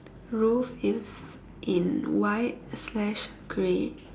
roof is in white slash grey